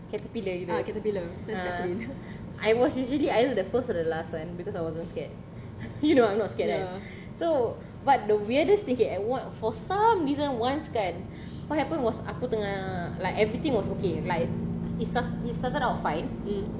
caterpillar gitu ha I was usually either the first or the last one because I wasn't scared you know I'm not scared lah so but the weirdest thing you at what for some reason once kan what happened was aku tengah like everything was okay like it it started out fine